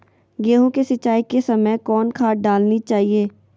गेंहू के सिंचाई के समय कौन खाद डालनी चाइये?